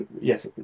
yes